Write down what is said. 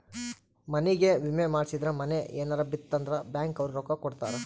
ಮನಿಗೇ ವಿಮೆ ಮಾಡ್ಸಿದ್ರ ಮನೇ ಯೆನರ ಬಿತ್ ಅಂದ್ರ ಬ್ಯಾಂಕ್ ಅವ್ರು ರೊಕ್ಕ ಕೋಡತರಾ